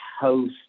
host